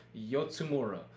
Yotsumura